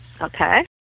okay